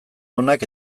onak